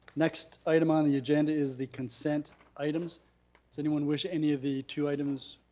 next item on the agenda is the consent items. does anyone wish any of the two items,